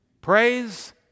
Praise